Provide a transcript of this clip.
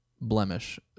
blemish